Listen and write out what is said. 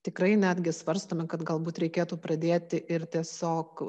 tikrai netgi svarstome kad galbūt reikėtų pradėti ir tiesiog